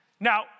Now